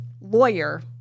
lawyer